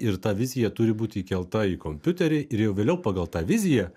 ir ta vizija turi būti įkelta į kompiuterį ir jau vėliau pagal tą viziją